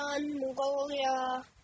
Mongolia